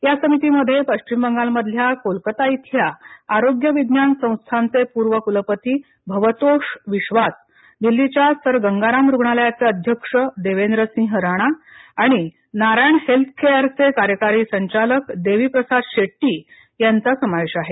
या समितीमध्ये पश्चिम बंगालमधल्या कोलकाता इथल्या आरोग्य विज्ञान संस्थान चे पूर्व कुलपती भवतोष विश्वास दिल्लीच्या सर गंगाराम रुग्णालयाचे अध्यक्ष देवेंद्र सिंह राणा आणि नारायण हेल्थ केअर चे कार्यकारी संचालक देवी प्रसाद शेट्टी यांचा समावेश आहे